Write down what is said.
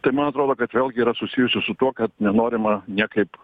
tai man atrodo kad vėlgi yra susijusi su tuo kad nenorima niekaip